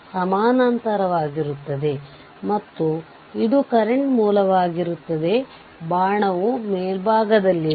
ನಂತರ i0 ದ ಬೆಲೆಯನ್ನು ಪಡೆಯಬಹುದು